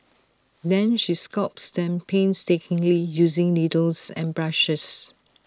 then she sculpts them painstakingly using needles and brushes